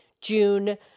June